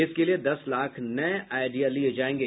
इसके लिए दस लाख नये आईडिया लिये जायेंगे